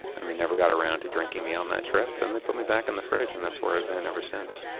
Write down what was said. and they never got around to drinking me on that trip, and they put me back in the fridge and that's where i've been ever since